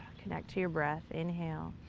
connect to your breath, inhale,